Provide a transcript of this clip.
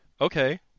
okay